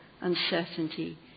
uncertainty